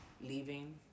leaving